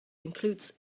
includes